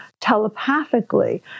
telepathically